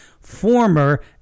former